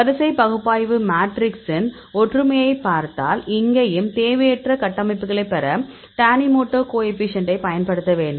வரிசை பகுப்பாய்வு மேட்ரிக்ஸின் ஒற்றுமையைப் பார்த்தால் இங்கேயும் தேவையற்ற கட்டமைப்புகளைப் பெற டானிமோடோ கோஎஃபீஷியேன்ட்டை பயன்படுத்த வேண்டும்